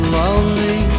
lonely